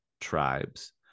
tribes